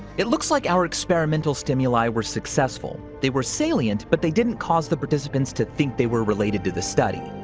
it looks like our experimental stimuli were successful. they were salient, but they didn't cause the participants to think they were related to the study.